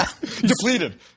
Depleted